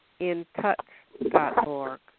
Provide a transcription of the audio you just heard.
intouch.org